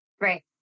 Right